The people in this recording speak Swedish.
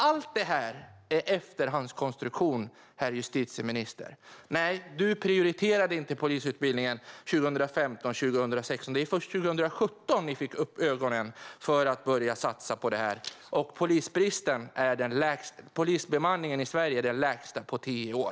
Allt detta är efterhandskonstruktion, herr justitieminister. Nej, du prioriterade inte polisutbildningen 2015 och 2016. Det var först 2017 som ni fick upp ögonen för att börja satsa på det. Polisbemanningen i Sverige är den lägsta på tio år.